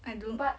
I don't